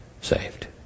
saved